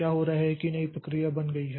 क्या हो रहा है कि नई प्रक्रिया बन गई है